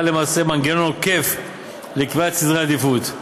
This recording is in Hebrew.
למעשה מנגנון עוקף לקביעת סדרי העדיפויות.